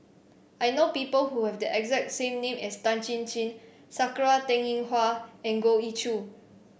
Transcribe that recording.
I know people who have the exact name as Tan Chin Chin Sakura Teng Ying Hua and Goh Ee Choo